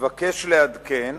"נבקש לעדכן,